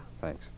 Thanks